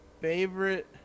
favorite